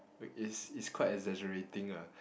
it's it's quite exaggerating lah